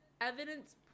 evidence